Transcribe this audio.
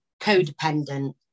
codependent